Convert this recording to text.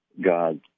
God